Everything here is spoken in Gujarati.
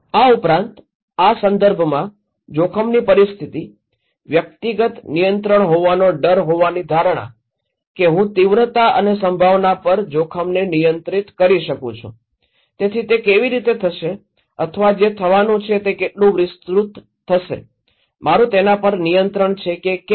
આ ઉપરાંત આ સંદર્ભમાં જોખમની પરિસ્થિતિ વ્યક્તિગત નિયંત્રણ હોવાનો ડર હોવાની ધારણા કે હું તીવ્રતા અને સંભાવના પર જોખમને નિયંત્રિત કરી શકું છું તેથી તે કેવી રીતે થશે અથવા જે થવાનું છે તે કેટલું વિસ્તૃત થશે મારુ તેના પર નિયંત્રણ છે કે કેમ